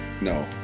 No